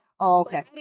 okay